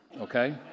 okay